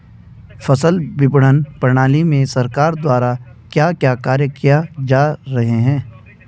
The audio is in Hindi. फसल विपणन प्रणाली में सरकार द्वारा क्या क्या कार्य किए जा रहे हैं?